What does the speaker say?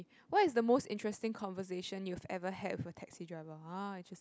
what is the most interesting conversation you've ever had with a taxi driver ah interesting